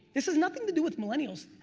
this has nothing to do with millennials,